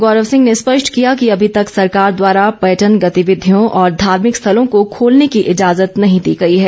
गौरव सिंह ने स्पष्ट किया कि अभी तक सरकार द्वारा पर्यटन गतिविधियों और धार्मिक स्थलों को खोलने की ईजाजत नहीं दी गई है